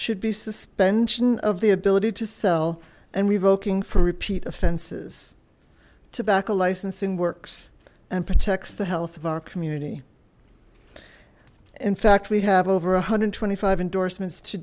should be suspension of the ability to sell and revoking for repeat offenses tobacco licensing works and protects the health of our community in fact we have over a hundred twenty five end